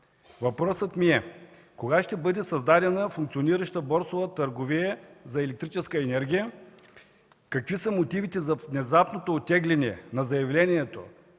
Въпросите ми са: кога ще бъде създадена функционираща борсова търговия за електрическа енергия; какви са мотивите за внезапното оттегляне на заявлението